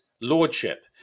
lordship